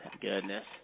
goodness